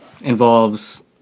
involves